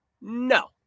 No